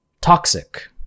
toxic